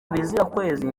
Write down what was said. bizirakwezi